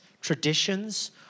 traditions